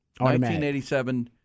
1987